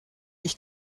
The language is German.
ich